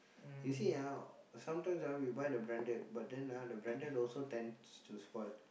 you see ah sometimes ah we buy the branded but then ah the branded also tends to spoil